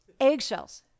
Eggshells